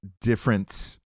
different